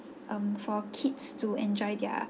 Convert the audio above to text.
um for kids to enjoy their